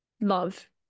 love